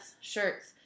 shirts